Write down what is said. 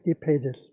pages